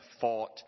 fought